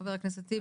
חבר הכנסת טיבי.